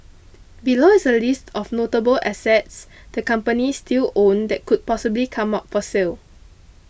below is a list of notable assets the companies still own that could possibly come up for sale